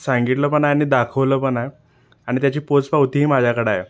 सांगितलं पण आहे आणि दाखवलं पण आहे आणि त्याची पोच पावतीही माझ्याकडे आहे